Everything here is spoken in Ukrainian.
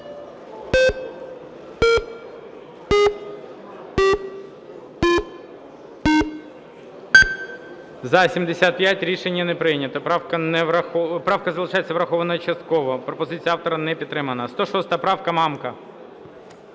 За-75 Рішення не прийнято. Правка залишається врахованою частково. Пропозиція автора не підтримана. 106 правка, Мамка.